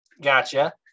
gotcha